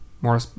more